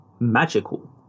magical